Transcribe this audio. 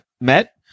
met